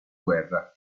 guerra